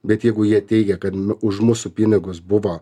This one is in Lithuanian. bet jeigu jie teigia kad už mūsų pinigus buvo